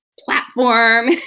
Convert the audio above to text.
platform